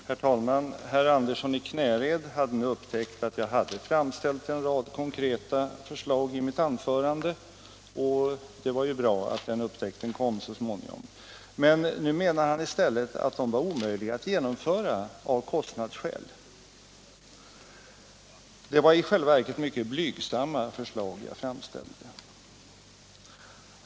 Herr talman! Herr Andersson i Knäred har upptäckt att jag i mitt anförande framställde en rad konkreta förslag. Det var ju bra att den upptäckten kom så småningom. Men nu menar han i stället att förslagen är omöjliga att genomföra av kostnadsskäl. I själva verket var det dock mycket blygsamma förslag jag framställde.